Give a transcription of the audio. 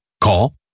Call